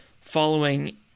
following